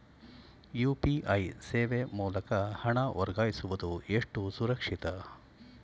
UPI ಸೇವೆ ಮೂಲಕ ಹಣ ವರ್ಗಾಯಿಸುವುದು ಎಷ್ಟು ಸುರಕ್ಷಿತ?